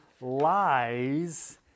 lies